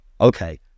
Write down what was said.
Okay